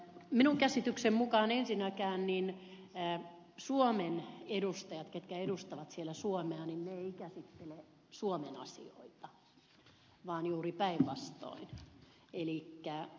minun käsitykseni mukaan ensinnäkään suomen edustajat jotka edustavat siellä suomea eivät käsittele suomen asioita vaan juuri päinvastoin